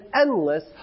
endless